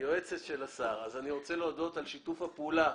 לשר גלעד ארדן על שיתוף הפעולה.